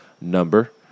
number